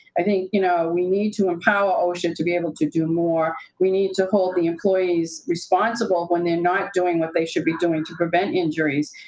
i think, you know, we need to empower osha to be able to do more. more. we need to hold the employees responsible when they are not doing what they should be doing to prevent injuries.